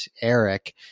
Eric